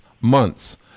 months